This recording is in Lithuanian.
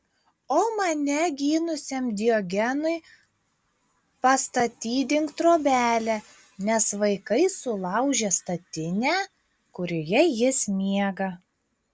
o mane gynusiam diogenui pastatydink trobelę nes vaikai sulaužė statinę kurioje jis miega